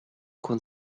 con